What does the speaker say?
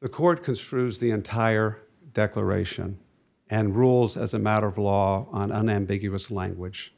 the court construes the entire declaration and rules as a matter of law on an ambiguous language